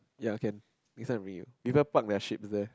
ya can listen to me people part their ships there